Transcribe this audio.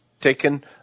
taken